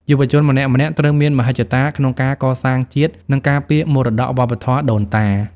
យុវជនម្នាក់ៗត្រូវមានមហិច្ឆតាក្នុងការកសាងជាតិ និងការពារមរតកវប្បធម៌ដូនតា។